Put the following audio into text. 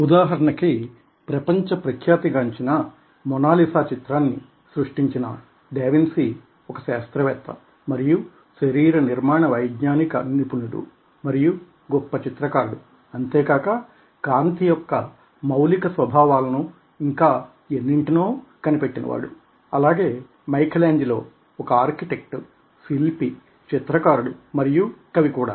ఉదాహరణకి ప్రపంచ ప్రఖ్యాతి గాంచిన మోనాలిసా చిత్రాన్ని సృష్టించిన డావిన్సి ఒక శాస్త్రవేత్త మరియు శరీర నిర్మాణ వైజ్ఞానిక నిపుణుడు మరియు గొప్ప చిత్రకారుడు అంతేకాక కాంతి యొక్క మౌలిక స్వభావాలను ఇంకా ఎన్నింటినో కనిపెట్టినవాడు అలాగే మైకేలేంజిలో ఒక ఆర్కిటెక్ట్ శిల్పి చిత్రకారుడు మరియు కవి కూడా